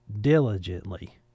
diligently